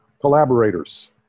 collaborators